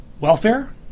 welfare